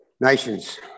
nations